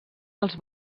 els